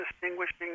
distinguishing